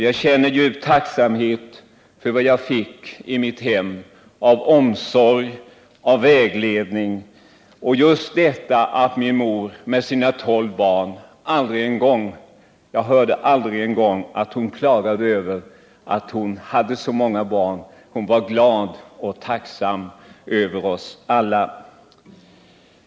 Jag känner djup tacksamhet för vad jag fick i mitt hem av omsorg och vägledning. Och just detta att min mor med sina tolv barn aldrig en gång klagade över att hon hade så många barn! Hon var glad och tacksam över oss alla.